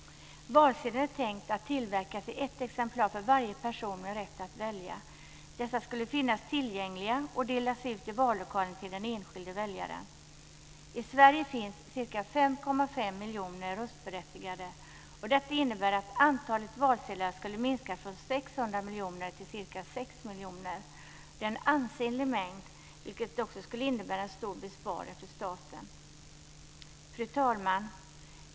Valsedeln är tänkt att tillverkas i ett exemplar för varje person med rätt att välja. Dessa skulle finnas tillgängliga och delas ut i vallokalen till den enskilde väljaren. 600 miljoner till ca 6 miljoner. Det är en ansenlig mängd, vilket också skulle innebära en stor besparing för staten. Fru talman!